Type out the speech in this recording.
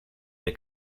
der